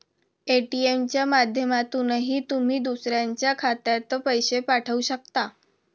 ATM च्या माध्यमातूनही तुम्ही दुसऱ्याच्या खात्यात पैसे पाठवू शकता